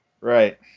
Right